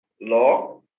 law